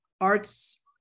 Arts